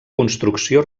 construcció